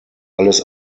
alles